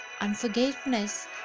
Unforgiveness